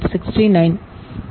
6911